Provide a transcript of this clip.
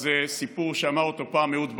אז סיפור שאמר אותו פעם אהוד ברק: